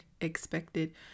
expected